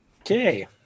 Okay